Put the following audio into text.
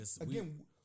again